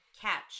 catch